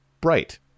bright